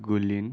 গুলিন